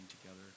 together